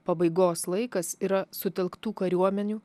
pabaigos laikas yra sutelktų kariuomenių